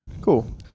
cool